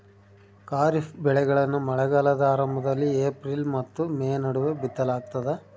ಖಾರಿಫ್ ಬೆಳೆಗಳನ್ನ ಮಳೆಗಾಲದ ಆರಂಭದಲ್ಲಿ ಏಪ್ರಿಲ್ ಮತ್ತು ಮೇ ನಡುವೆ ಬಿತ್ತಲಾಗ್ತದ